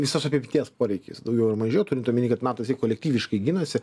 visos apimties poreikis daugiau ar mažiau turint omenyje kad matosi kolektyviškai ginasi